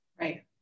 Right